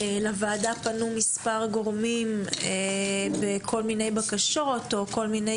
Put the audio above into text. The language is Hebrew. לוועדה פנו ספר גורמים בכל מיני בקשות או כל מיני